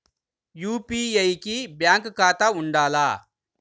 UPI కి bank ఖాతా ఉండాల?